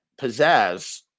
pizzazz